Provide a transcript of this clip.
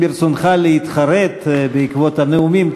אם ברצונך להתחרט בעקבות הנאומים,